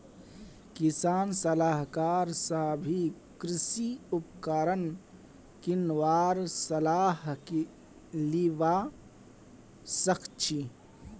किसान सलाहकार स भी कृषि उपकरण किनवार सलाह लिबा सखछी